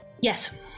Yes